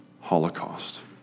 Holocaust